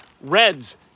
reds